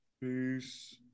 Peace